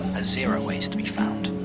has zero ways to be found.